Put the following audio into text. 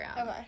Okay